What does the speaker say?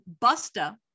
Busta